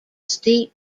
steep